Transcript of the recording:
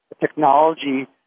technology